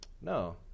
No